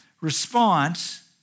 response